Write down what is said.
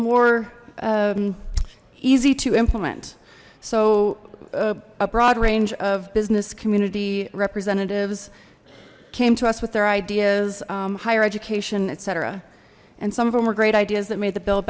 more easy to implement so a broad range of business community representatives came to us with their ideas higher education etc and some of them were great ideas that made the bil